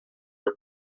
your